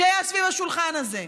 שהיה סביב השולחן הזה?